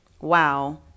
wow